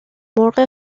مرغ